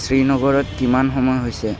শ্ৰীনগৰত কিমান সময় হৈছে